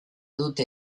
dute